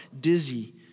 dizzy